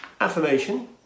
affirmation